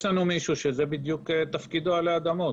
יש לנו מישהו שזה בדיוק תפקידו עלי אדמות,